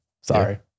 sorry